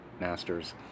masters